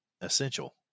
essential